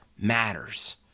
matters